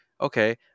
Okay